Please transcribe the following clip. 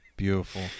Beautiful